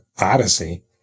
odyssey